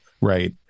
Right